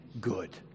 good